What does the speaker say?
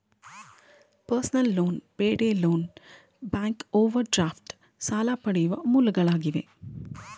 personal loan, payday loan, bank overdraft ಸಾಲ ಪಡೆಯುವ ಮೂಲಗಳಾಗಿವೆ